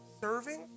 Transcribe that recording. Serving